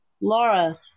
Laura